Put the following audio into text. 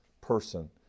person